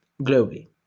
globally